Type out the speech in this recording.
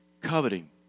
coveting